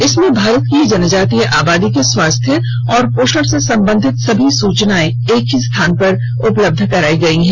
इसमें भारत की जनजातीय आबादी के स्वास्थ्य और पोषण से संबंधित सभी सूचनाएं एक ही स्थान पर उपलब्ध कराई गई है